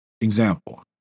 Example